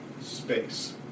space